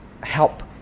help